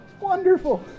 Wonderful